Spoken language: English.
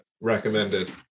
recommended